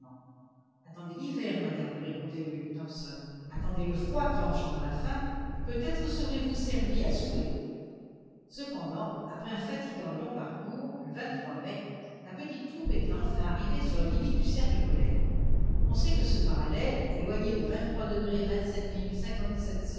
attendez l'hiver madame lui répondait le lieutenant hobson attendez le froid qui engendre la faim et peut-être serez-vous servie à souhait cependant après un fatigant et long parcours le mai la petite troupe était enfin arrivée sur la limite du cercle polaire on sait que ce parallèle éloigné de